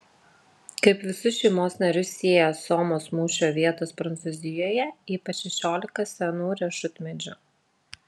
kaip visus šeimos narius sieja somos mūšio vietos prancūzijoje ypač šešiolika senų riešutmedžių